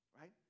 Right